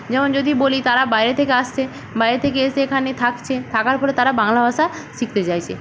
যেমন যদি বলি তারা বাইরে থেকে আসছে বাইরে থেকে এসে এখানে থাকছে থাকার ফলে তারা বাংলা ভাষা শিখতে চাইছে